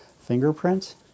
fingerprint